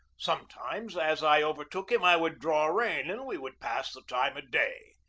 sometimes as i overtook him i would draw rein and we would pass the time of day.